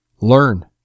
Learn